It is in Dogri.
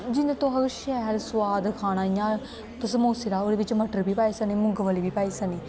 जेल्लै तुह् शैल सोआद खाना इ'यां ते समोसे दा ओह्दे बिच्च मटर बी पाई सकने मुंगफली बी पाई सकने